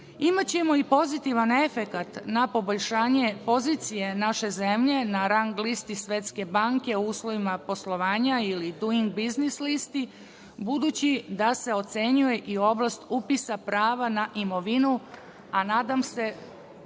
imaćemo i pozitivan efekat na poboljšanje pozicije naše zemlje na rang listi Svetske banke o uslovima poslovanja ili Duing biznis listi budući da se ocenjuje i oblast upisa prava na imovinu, a nadam se